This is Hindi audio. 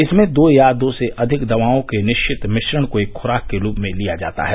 इसमें दो या दो से अधिक दवाओं के निश्चित मिश्रण को एक खुराक के रूप में लिया जाता है